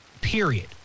period